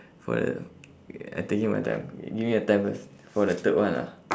for the I taking my time give me a time first for the third one ah